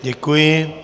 Děkuji.